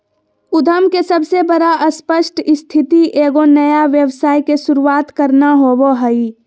उद्यम के सबसे बड़ा स्पष्ट स्थिति एगो नया व्यवसाय के शुरूआत करना होबो हइ